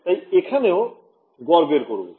তাই এখানেও গড় বের করবো